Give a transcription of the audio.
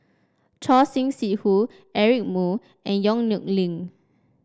Choor Singh Sidhu Eric Moo and Yong Nyuk Lin